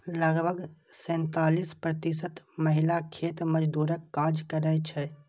लगभग सैंतालिस प्रतिशत महिला खेत मजदूरक काज करै छै